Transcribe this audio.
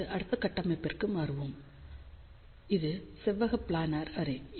இப்போது அடுத்த கட்டமைப்பிற்கு மாற்றுவோம் இது செவ்வக பிளானர் அரே